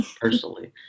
personally